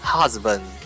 Husband